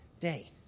day